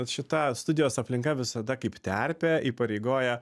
šita studijos aplinka visada kaip terpė įpareigoja